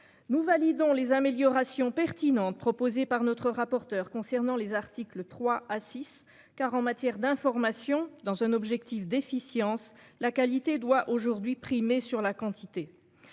Nous validons les améliorations pertinentes proposées par notre rapporteur concernant les articles 3 A6 car en matière d'information dans un objectif d'efficience la qualité doit aujourd'hui primer sur la quantité.